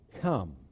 Come